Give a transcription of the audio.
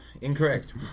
incorrect